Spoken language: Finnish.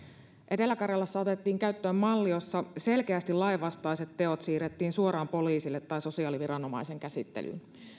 etelä karjalassa otettiin käyttöön malli jossa selkeästi lainvastaiset teot siirrettiin suoraan poliisille tai sosiaaliviranomaisen käsittelyyn